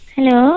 Hello